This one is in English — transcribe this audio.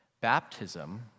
baptism